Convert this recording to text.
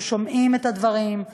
אנחנו שומעים את הדברים.